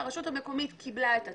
והרשות המקומית קיבלה את התלונה,